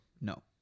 no